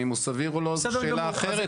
אם הוא סביר או לא זו שאלה אחרת.